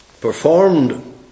performed